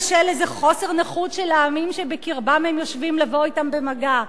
בשל איזה חוסר נוחות של העמים שבקרבם הם יושבים לבוא אתם במגע?